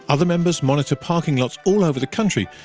other members monitor parking lots all over the country,